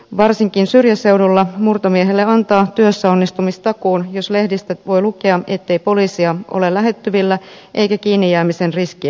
varsinkin syrjäseudulla murtomiehelle antaa työssäonnistumistakuun jos lehdistä voi lukea ettei poliisia ole lähettyvillä eikä kiinnijäämisen riskiä ole